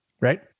right